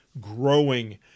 growing